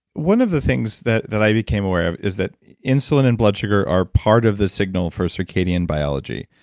one of the things that that i became aware of is that insulin and blood sugar are part of the signal for circadian biology.